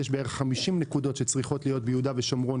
יש בערך 50 נקודות שצריכות להיות ביהודה ושומרון